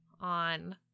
on